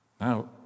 Now